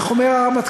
איך אומר הרמטכ"ל,